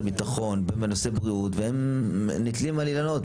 ביטחון בנושא בריאות והם נתלים על אילנות.